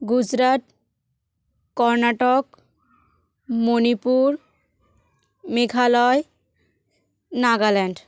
Gujarat Karnataka Manipur Meghalaya Nagaland